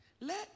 let